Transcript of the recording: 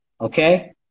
okay